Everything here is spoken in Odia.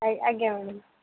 ଆଜ୍ଞା ଆଜ୍ଞା ମ୍ୟାଡ଼ାମ୍